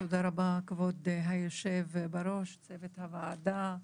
תודה רבה לכבוד היו"ר, צוות הוועדה,